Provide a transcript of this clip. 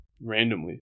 randomly